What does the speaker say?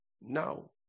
Now